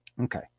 Okay